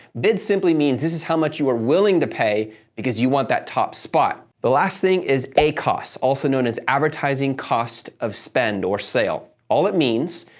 bid simply means, this is how much you are willing to pay because you want that top spot. the last thing is acos, also known as advertising cost of spend or sale. all it means,